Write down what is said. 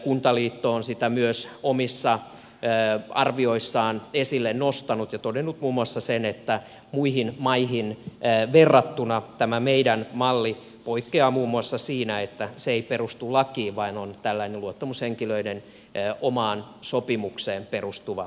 kuntaliitto on sitä myös omissa arvioissaan esille nostanut ja todennut muun muassa sen että muihin maihin verrattuna tämä meidän mallimme poikkeaa muun muassa siinä että se ei perustu lakiin vaan on tällainen luottamushenkilöiden omaan sopimukseen perustuva järjestelmä